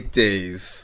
days